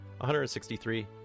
163